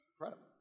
Incredible